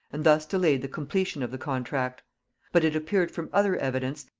and thus delayed the completion of the contract but it appeared from other evidence,